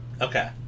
Okay